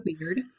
weird